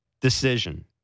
decision